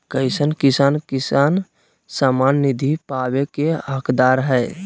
कईसन किसान किसान सम्मान निधि पावे के हकदार हय?